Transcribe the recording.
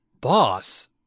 boss